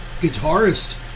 guitarist